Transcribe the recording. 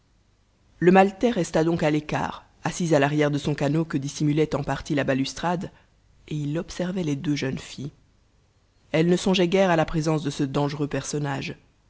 le maltais resta donc à l'écart assis à l'arrière de son canot que dissimulait en partie la balustrade et il observait les deux jeunes filles elles ne songeaient guère à la présence de ce dangereux personnage